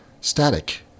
static